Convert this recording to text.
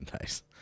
Nice